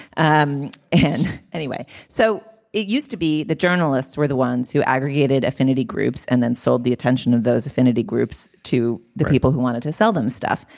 um and anyway so it used to be that journalists were the ones who aggregated affinity groups and then sold the attention of those affinity groups to the people who wanted to sell them stuff.